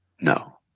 no